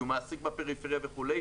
כי הוא מעסיק בפריפריה וכו',